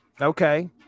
Okay